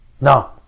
No